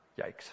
Yikes